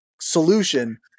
solution